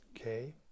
okay